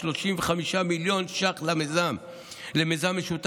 35 מיליון ש"ח למיזם משותף,